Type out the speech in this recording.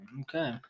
Okay